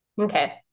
Okay